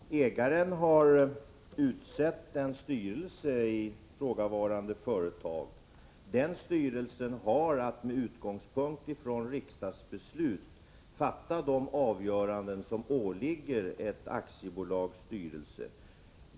Herr talman! Ägaren har utsett en styrelse i ifrågavarande företag. Denna styrelse har att med utgångspunkt i riksdagsbeslut träffa de avgöranden som åligger ett aktiebolags styrelse.